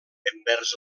envers